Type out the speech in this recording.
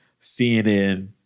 CNN